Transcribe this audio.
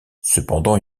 cependant